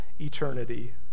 eternity